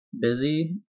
busy